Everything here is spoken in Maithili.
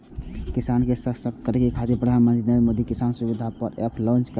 किसान के सशक्त करै खातिर प्रधानमंत्री नरेंद्र मोदी किसान सुविधा एप लॉन्च केने रहै